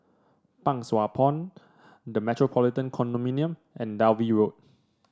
Pang Sua Pond The Metropolitan Condominium and Dalvey Road